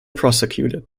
prosecuted